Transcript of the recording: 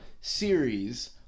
series